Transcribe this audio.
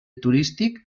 turístic